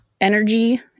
energy